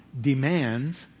demands